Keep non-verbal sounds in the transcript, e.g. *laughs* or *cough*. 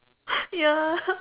*laughs* ya *laughs*